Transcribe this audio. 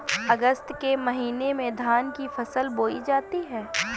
अगस्त के महीने में धान की फसल बोई जाती हैं